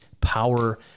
power